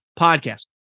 podcast